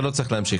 אתה לא צריך להשיב.